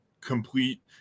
complete